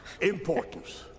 importance